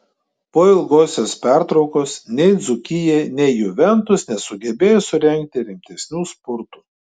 po ilgosios pertraukos nei dzūkija nei juventus nesugebėjo surengti rimtesnių spurtų